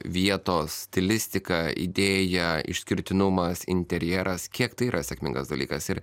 vietos stilistiką idėją išskirtinumas interjeras kiek tai yra sėkmingas dalykas ir